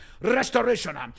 restoration